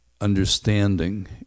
understanding